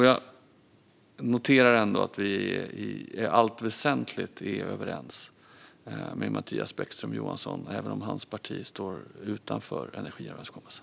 Jag noterar ändå att vi i allt väsentligt är överens med Mattias Bäckström Johansson, även om hans parti står utanför energiöverenskommelsen.